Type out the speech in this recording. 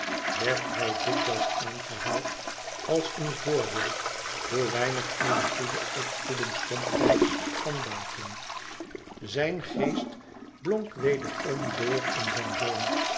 werd hij dikwijls aangehaald als een voorbeeld hoe weinig eene géde opvoeding somtijds kan baten zijn geest blonk wederom door in zijn zoon